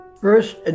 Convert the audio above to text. First